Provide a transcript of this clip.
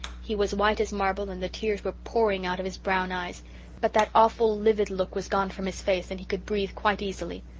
he was white as marble and the tears were pouring out of his brown eyes but that awful livid look was gone from his face and he could breathe quite easily.